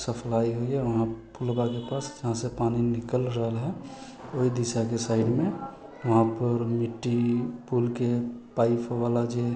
supply होइए उहाँ पुलबाके पास जहाँसँ पानि निकलि रहल यऽ ओइ दिशाके साइडमे उहाँपर मिट्टी पुलके पाइपवला जे